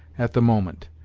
at the moment.